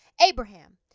Abraham